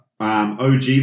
OG